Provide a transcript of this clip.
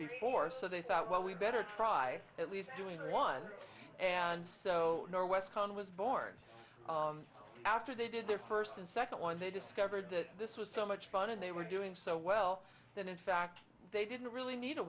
before so they thought well we better try at least doing one and so on was born after they did their first and second one they discovered that this was so much fun and they were doing so well that in fact they didn't really need a